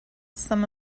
some